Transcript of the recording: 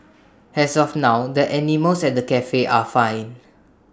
as of now the animals at the Cafe are fine